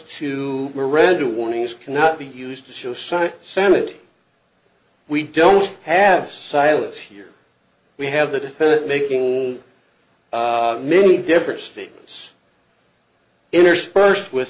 miranda warnings cannot be used to show cite sanity we don't have silence here we have the defendant making many different statements interspersed with